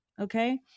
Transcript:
okay